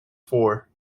four